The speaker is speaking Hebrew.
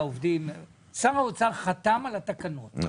לא